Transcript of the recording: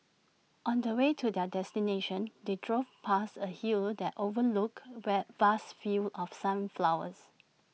on the way to their destination they drove past A hill that overlooked where vast fields of sunflowers